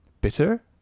bitter